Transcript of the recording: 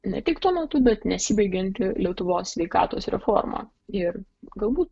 ne tik tuo metu bet nesibaigianti lietuvos sveikatos reforma ir galbūt